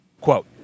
Quote